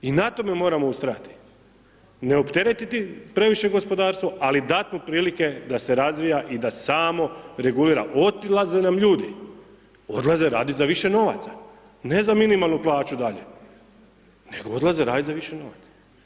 I na tome moramo ustrajati, ne opteretiti previše gospodarstvo ali dat mu prilike da se razvija i da samo regulira, odlaze nam ljudi, odlaze radit za više novaca, ne za minimalnu plaću dalje, nego odlaze radit za više novaca.